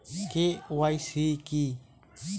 KYC কী?